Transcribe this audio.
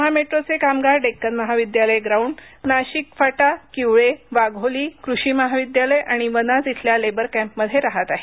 महामेट्रोचे कामगार डेक्कन महाविद्यालय ग्राउंड नाशिक फाटा किवळे वाघोली कृषी महाविद्यालय आणि वनाज येथील लेबर कॅम्प मध्ये राहत आहेत